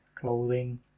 clothing